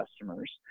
customers